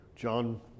John